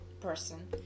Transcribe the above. person